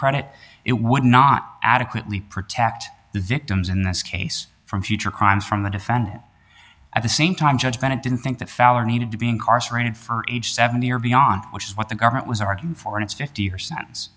credit it would not adequately protect the victims in this case from future crimes from the defendant at the same time judge bennett didn't think that feller needed to be incarcerated for age seventy or beyond which is what the government was arguing for its fifty